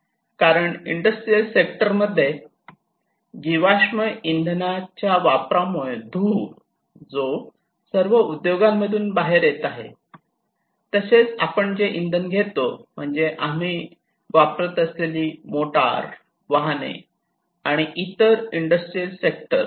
कारण industrial sector मध्ये जीवाश्म इंधन वापरामुळे धूर जो सर्व उद्योगांमधून येत आहे तसेच आपण जे इंधन घेतो म्हणजे आम्ही वापरत असलेली मोटार वाहने आणि विविध इंडस्ट्रियल सेक्टर